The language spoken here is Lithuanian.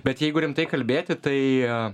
bet jeigu rimtai kalbėti tai